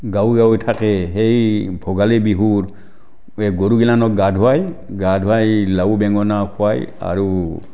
গাঁৱে গাঁৱে থাকে সেই ভোগালী বিহুত এই গৰুগিলানক গা ধুৱাই গা ধুৱাই লাউ বেঙেনা খুৱায় আৰু